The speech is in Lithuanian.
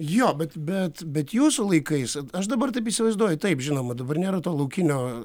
jo bet bet bet jūsų laikais aš dabar taip įsivaizduoju taip žinoma dabar nėra to laukinio